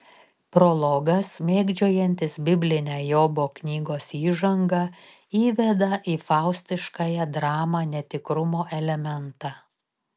prologas mėgdžiojantis biblinę jobo knygos įžangą įveda į faustiškąją dramą netikrumo elementą